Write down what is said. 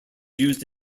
used